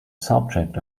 subject